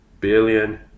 billion